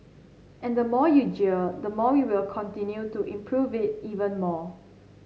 and the more you jeer the more you will continue to improve it even more